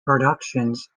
productions